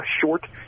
short